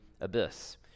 abyss